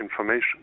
information